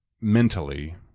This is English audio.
mentally